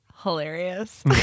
hilarious